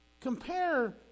compare